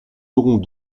aurons